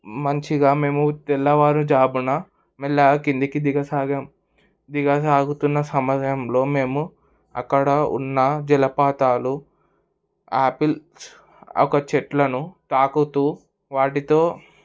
మంచిగా మేము తెల్లవారు జామున మెల్లగ కిందికి దిగసాగం దిగ సాగుతున్న సమయంలో మేము అక్కడ ఉన్న జలపాతాలు ఆపిల్ ఒక చెట్లను తాకుతూ వాటితో